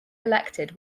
elected